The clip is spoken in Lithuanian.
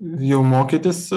jau mokytis